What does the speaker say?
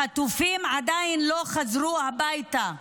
החטופים עדיין לא חזרו הביתה.